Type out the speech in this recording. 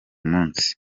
munsi